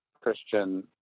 Christian